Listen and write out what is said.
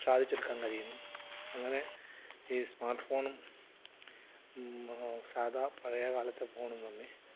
സാധിച്ചെടുക്കാൻ കഴിയുന്നു അങ്ങനെ ഈ സ്മാർട്ട് ഫോണും ഈ പറഞ്ഞതുപോലെ സാദാ പഴയ കാലത്തെ ഫോണും തമ്മിൽ